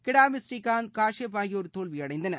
கிடாம்பி ஸ்ரீகாந்த் காஷ்பப் ஆகியோர் தோல்வியடைந்தனர்